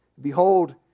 Behold